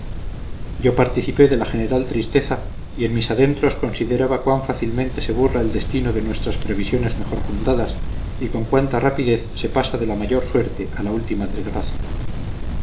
yo participé de la general tristeza y en mis adentros consideraba cuán fácilmente se burla el destino de nuestras previsiones mejor fundadas y con cuánta rapidez se pasa de la mayor suerte a la última desgracia